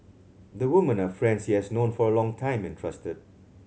the women are friends he has known for a long time and trusted